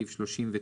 סעיף 39,